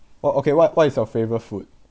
what okay what what is your favourite food